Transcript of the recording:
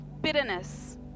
bitterness